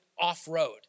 off-road